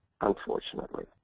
unfortunately